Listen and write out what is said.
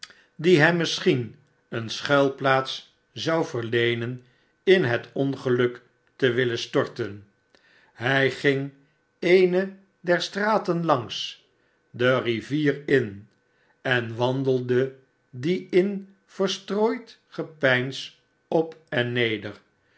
die hem misschien eene schuilplaats zou verleenen in het ongeluk te willen storten hij ging eene der straten langs de xivier in en wandelde die in verstrooid gepems op en neder